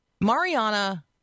Mariana